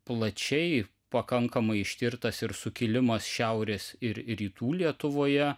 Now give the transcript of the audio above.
plačiai pakankamai ištirtas ir sukilimas šiaurės ir rytų lietuvoje